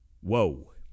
whoa